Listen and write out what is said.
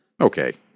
Okay